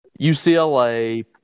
UCLA